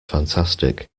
fantastic